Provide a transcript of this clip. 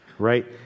Right